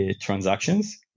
transactions